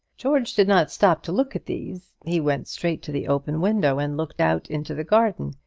george did not stop to look at these he went straight to the open window and looked out into the garden.